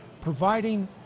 providing